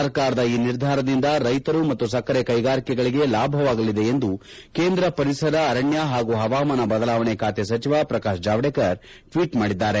ಸರ್ಕಾರದ ಈ ನಿರ್ಧಾರದಿಂದ ರೈತರು ಮತ್ತು ಸಕ್ಕರೆ ಕೈಗಾರಿಕೆಗಳಿಗೆ ಲಾಭವಾಗಲಿದೆ ಎಂದು ಕೇಂದ್ರ ಪರಿಸರ ಅರಣ್ಯ ಹಾಗು ಹವಾಮಾನ ಬದಲಾವಣೆ ಖಾತೆ ಸಚಿವ ಪ್ರಕಾಶ್ ಜಾವೆದೇಕರ್ ಟ್ವೀಟ್ ಮಾಡಿದ್ದಾರೆ